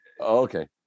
Okay